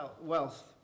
wealth